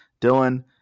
Dylan